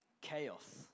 chaos